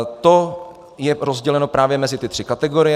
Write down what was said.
To je rozděleno právě mezi ty tři kategorie.